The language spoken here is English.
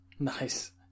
Nice